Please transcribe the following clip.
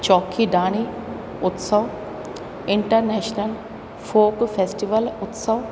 चौखी धाणी उत्सव international folk festival उत्सव